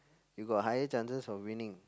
you got higher chances of winning